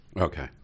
Okay